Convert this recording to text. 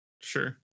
sure